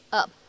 up